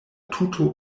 tuto